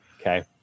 okay